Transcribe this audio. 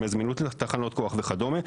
דמי זמינות לתחנות כוח וכדומה.